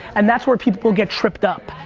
and that's where people get tripped up.